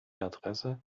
adresse